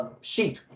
sheep